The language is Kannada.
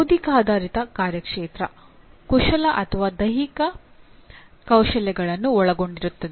ಬೌದ್ಧಿಕಾಧಾರಿತ ಕಾರ್ಯಕ್ಷೇತ್ರ ಕುಶಲ ಅಥವಾ ದೈಹಿಕ ಕೌಶಲ್ಯಗಳನ್ನು ಒಳಗೊಂಡಿರುತ್ತದೆ